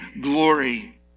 glory